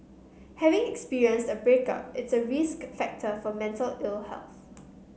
having experienced a breakup is a risk factor for mental ill health